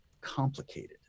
complicated